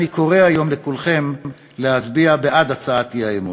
אני קורא היום לכולכם להצביע בעד הצעת האי-אמון.